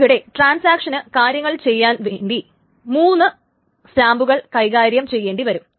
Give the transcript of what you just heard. ഇവിടെ ട്രാന്സാക്ഷന് കാര്യങ്ങൾ ചെയ്യാൻ വേണ്ടി 3 ടൈം സ്റ്റാമ്പുകളെ കൈകാര്യം ചെയ്യേണ്ടി വരും